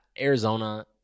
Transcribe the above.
Arizona